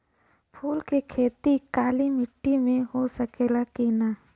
फूल के खेती काली माटी में हो सकेला की ना?